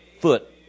foot